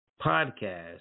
podcast